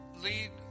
lead